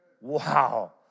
Wow